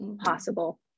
possible